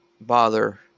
bother